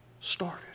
started